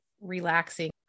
relaxing